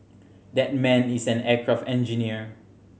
that man is an aircraft engineer